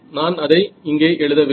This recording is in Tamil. நான் அதை இங்கே எழுதவில்லை